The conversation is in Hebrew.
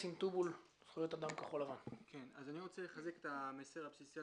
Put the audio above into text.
אני רוצה לחזק את המסר הבסיסי,